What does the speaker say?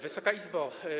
Wysoka Izbo!